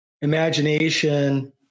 imagination